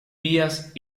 vías